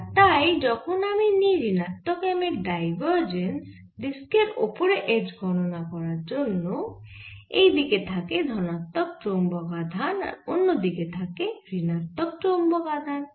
আর তাই যখন আমি নিই ঋণাত্মক M এর ডাইভারজেন্স ডিস্কের ওপরে H গণনা করার জন্য এইদিকে থাকে ধনাত্মক চৌম্বক আধান আর অন্য দিকে থাকে ঋণাত্মক চৌম্বক আধান